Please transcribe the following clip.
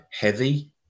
heavy